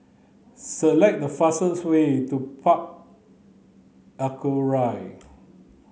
select the fastest way to Park Aquaria